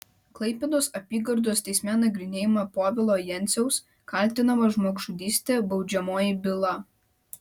klaipėdos apygardos teisme nagrinėjama povilo jenciaus kaltinamo žmogžudyste baudžiamoji byla